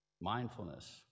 mindfulness